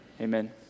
amen